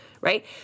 Right